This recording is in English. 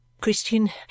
Christian